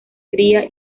cría